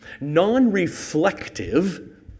Non-reflective